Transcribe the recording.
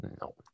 no